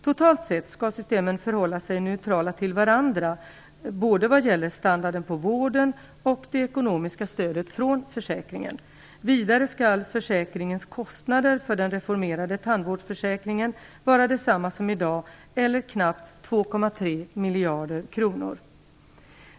Totalt sett skall systemen förhålla sig neutrala till varandra vad gäller både standarden på vården och det ekonomiska stödet från försäkringen. Vidare skall försäkringens kostnader för den reformerade tandvårdsförsäkringen vara desamma som i dag, eller knappt 2,3 miljarder kronor.